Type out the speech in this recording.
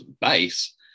base